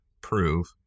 prove